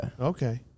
okay